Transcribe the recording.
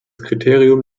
kriterium